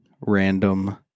random